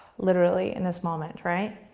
literally in this moment, right?